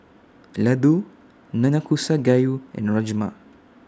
Ladoo Nanakusa Gayu and Rajma